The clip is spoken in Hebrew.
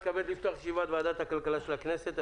אני מתכבד לפתוח את ישיבת ועדת הכלכלה של הכנסת.